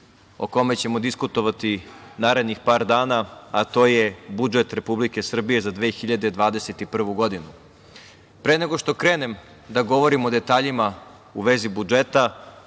o kome ćemo diskutovati narednih par dana, a to je budžet Republike Srbije za 2021. godinu. Pre nego što krenem da govorim o detaljima u vezi budžeta,